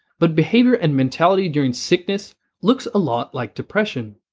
but behavior and mentality during sickness looks a lot like depression.